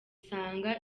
usanga